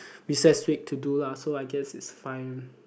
recess week to do lah so I guess it's fine